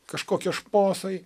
kažkokie šposai